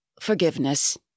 forgiveness